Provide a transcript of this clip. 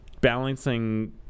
balancing